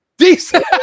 Decent